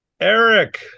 Eric